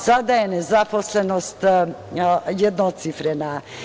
Sada je nezaposlenost jednocifrena.